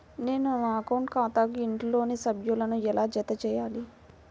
నేను నా అకౌంట్ ఖాతాకు ఇంట్లోని సభ్యులను ఎలా జతచేయాలి?